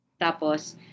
Tapos